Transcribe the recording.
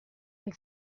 and